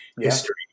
history